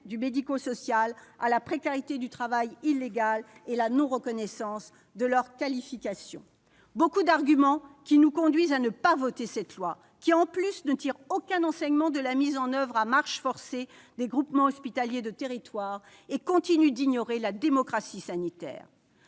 du médico-social à la précarité du travail illégal et à la non-reconnaissance de leurs qualifications. Ce sont autant d'arguments qui nous conduisent à ne pas voter cette loi, d'autant qu'elle ne tire aucun enseignement de la mise en oeuvre, à marche forcée, des groupements hospitaliers de territoire et qu'elle continue d'ignorer la démocratie sanitaire.